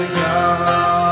young